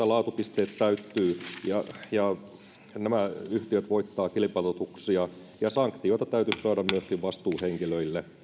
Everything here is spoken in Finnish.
laatupisteet täyttyvät ja nämä yhtiöt voittavat kilpailutuksia myöskin sanktioita täytyisi saada vastuuhenkilöille